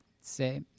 say